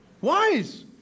wise